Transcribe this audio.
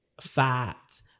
fat